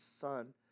son